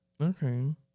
Okay